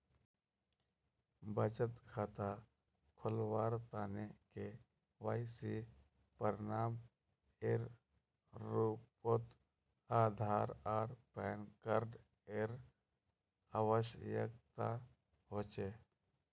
बचत खता खोलावार तने के.वाइ.सी प्रमाण एर रूपोत आधार आर पैन कार्ड एर आवश्यकता होचे